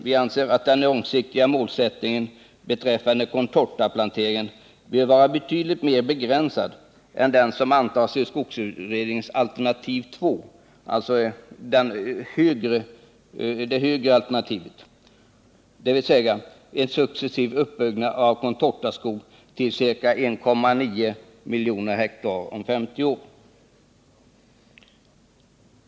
Vi anser att den långsiktiga målsättningen beträffande contortaplanteringen bör vara betydligt mer begränsad än som antas i skogsutredningens alternativ 2 — det högre alternativet — dvs. en successiv uppbyggnad av contortaskog till ca 1,9 miljoner hektar om 50 år.